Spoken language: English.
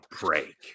break